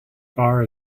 far